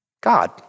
God